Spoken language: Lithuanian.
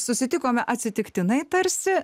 susitikome atsitiktinai tarsi